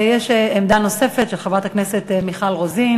יש עמדה נוספת של חברת הכנסת מיכל רוזין.